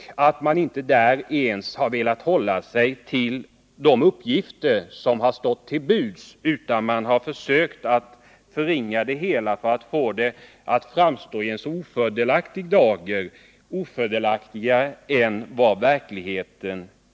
Man har inte ens velat hålla sig till de uppgifter som stått till buds, utan man har försökt förringa det hela för att få det att framstå i en så ofördelaktig dager som möjligt — ofördelaktigare än verkligheten.